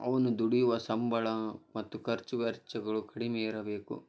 ಅವನು ದುಡಿಯುವ ಸಂಬಳ ಮತ್ತು ಖರ್ಚುವೆಚ್ಚಗಳು ಕಡಿಮೆ ಇರಬೇಕು